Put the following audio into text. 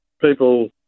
people